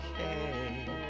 Okay